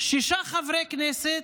שישה חברי כנסת,